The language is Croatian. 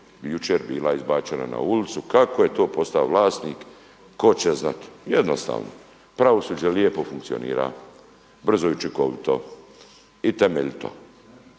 jučer bila izbačena na ulicu, kako je to postao vlasnik tko će znati. Jednostavno. Pravosuđe lijepo funkcionira, brzo i učinkovito i temeljito.